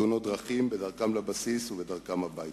תאונות דרכים בדרכם לבסיס או בדרכם הביתה.